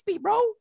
bro